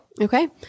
Okay